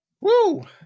Woo